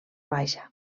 baixa